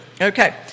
Okay